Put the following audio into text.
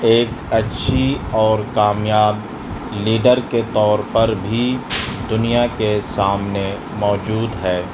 ایک اچّھی اور کامیاب لیڈر کے طور پر بھی دنیا کے سامنے موجود ہے